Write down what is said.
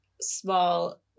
small